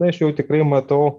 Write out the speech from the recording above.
aš jau tikrai matau